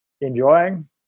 enjoying